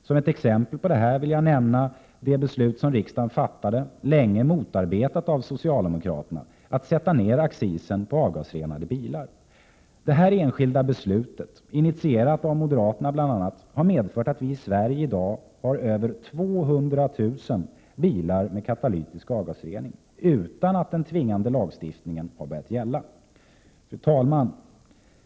Som ett exempel på detta vill jag nämna det beslut som riksdagen fattade — länge motarbetat av socialdemokraterna — att sätta ned accisen på avgasrenade bilar. Detta enskilda beslut, initierat av bl.a. moderaterna, har medfört att vi i Sverige i dag har över 200 000 bilar med katalytisk avgasrening — utan att den tvingande lagstiftningen har börjat gälla. Fru talman!